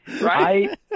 right